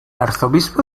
arzobispo